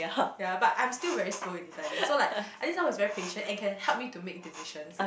ya but I'm still very slow in deciding so like I need someone who is very patient and can help me to make decisions